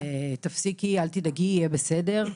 אל תדאגי, יהיה בסדר.